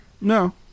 No